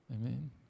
Amen